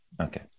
okay